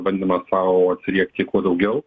bandymą sau atsiriekti kuo daugiau